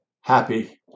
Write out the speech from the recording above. happy